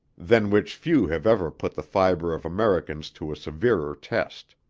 than which few have ever put the fibre of americans to a severer test.